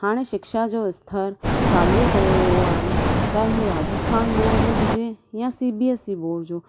हाणे शिक्षा जो स्तर साॻियो कयो वियो आहे चाहे हू राजस्थान बोड जो हुजे या C B S E board जो